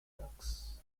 ducks